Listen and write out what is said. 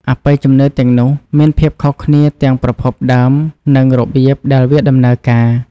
អបិយជំនឿទាំងនោះមានភាពខុសគ្នាទាំងប្រភពដើមនិងរបៀបដែលវាដំណើរការ។